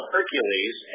Hercules